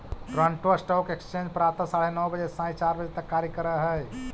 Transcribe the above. Toronto stock exchange प्रातः साढ़े नौ बजे से सायं चार बजे तक कार्य करऽ हइ